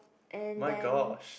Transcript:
and then